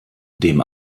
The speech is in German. dem